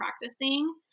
practicing